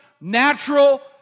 natural